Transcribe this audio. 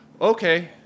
okay